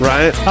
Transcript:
Right